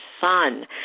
son